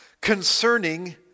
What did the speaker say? Concerning